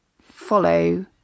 follow